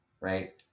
Right